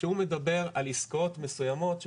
שהוא מדבר על עסקאות מסוימות,